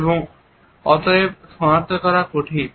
এবং অতএব সনাক্ত করা কঠিন